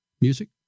Music